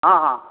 हँ हँ